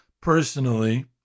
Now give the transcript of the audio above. personally